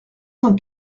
cent